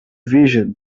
vision